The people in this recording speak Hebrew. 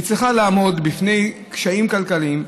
היא צריכה לעמוד בפני קשיים כלכליים,